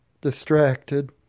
distracted